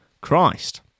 Christ